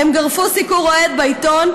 הם גרפו סיקור אוהד בעיתון,